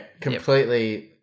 completely